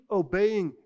obeying